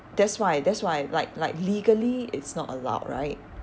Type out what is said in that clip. that's why that's why like like legally it's not allowed right